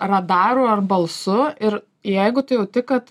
radaru ar balsu ir jeigu tu jauti kad